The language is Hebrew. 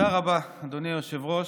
תודה רבה, אדוני היושב-ראש.